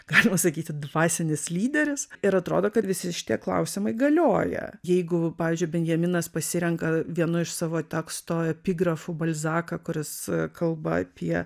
galima sakyti dvasinis lyderis ir atrodo kad visi šitie klausimai galioja jeigu pavyzdžiui benjaminas pasirenka vienu iš savo teksto epigrafu balzaką kuris kalba apie